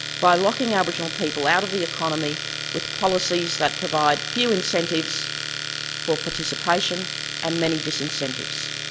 by locking aboriginal people out of the economy with policies that provide few incentives for participation and many disincentives.